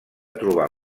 trobar